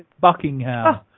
Buckingham